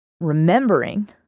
remembering